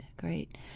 great